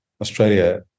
Australia